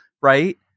right